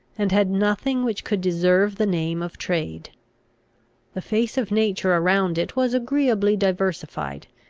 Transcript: and had nothing which could deserve the name of trade the face of nature around it was agreeably diversified,